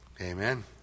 Amen